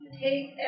take